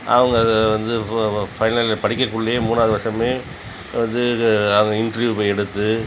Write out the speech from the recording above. அவங்க இதை வந்து ஃப் ஃபைனல் இயர் படிக்கக்குள்ளே மூணாவது வருஷமே வந்து அவங்க இன்ட்ரியுவ் போய் எடுத்து